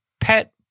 pet